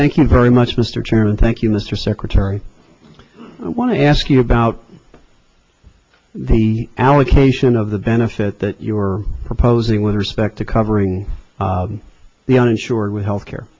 thank you very much mr chairman thank you mr secretary i want to ask you about the allocation of the benefit that you're proposing with respect to covering the uninsured with health care